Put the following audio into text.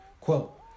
Quote